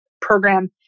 program